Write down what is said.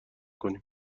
کنیم